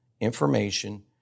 information